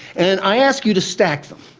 and i ask you to stack them.